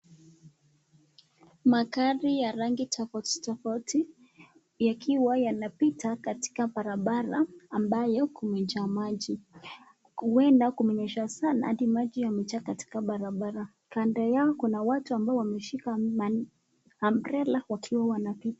Magari ya rangi tofauti tofauti yakiwa yanapita katika barabara ambayo kumejaa na maji huenda kumenyesha sana hadi maji imejaa katika barabara. Kando yao kuna watu ambao wameshika umbrella wakiwa wanapita.